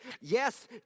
Yes